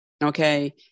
okay